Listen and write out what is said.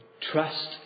trust